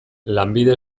lanbide